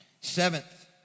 Seventh